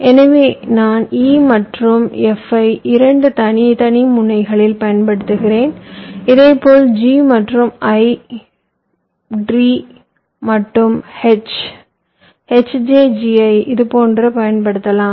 எனவே நான் E மற்றும் F ஐ 2 தனித்தனி முனைகளில் பயன்படுத்துகிறேன் இதேபோல் G மற்றும் I D மற்றும் H H J G I ஐ இது போன்று பயன்படுத்தலாம்